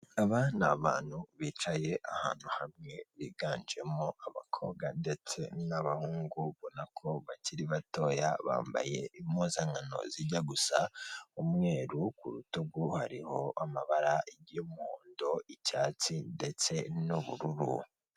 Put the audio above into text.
Aba ni abantu bicaye ahantu hamwe biganjemo abakobwa ndetse n'abahungu ubona ko bakiri batoya bambaye impuzankano zijya gusa umweru ku rutugu hariho amabara y'umuhondo, icyatsi ndetse n'ubururu.